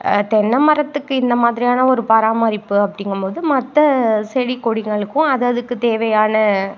தென்னை மரத்துக்கு இந்த மாதிரியான ஒரு பராமரிப்பு அப்படிங்கம்போது மற்ற செடி கொடிங்களுக்கும் அதை அதுக்குத் தேவையான